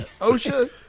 OSHA